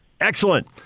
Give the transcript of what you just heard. Excellent